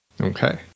Okay